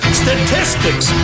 statistics